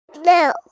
No